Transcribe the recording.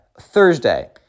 Thursday